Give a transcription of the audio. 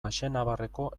baxenabarreko